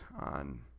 on